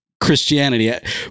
Christianity